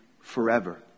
forever